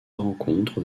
rencontre